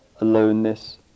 aloneness